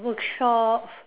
workshop